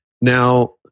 Now